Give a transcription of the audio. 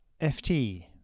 FT